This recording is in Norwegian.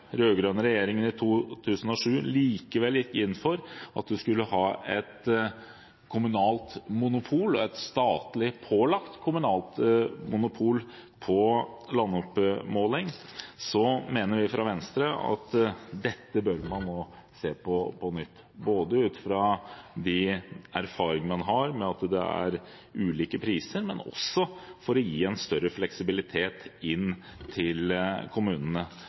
regjeringen i 2007 likevel gikk inn for at man skulle ha et kommunalt monopol – et statlig pålagt monopol – på landoppmåling, mener vi fra Venstre at dette bør man nå se på på nytt, både utfra de erfaringer man har med at det er ulike priser og for å gi en større fleksibilitet til kommunene.